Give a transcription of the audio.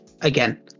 Again